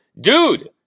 dude